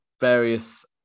various